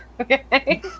Okay